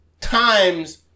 Times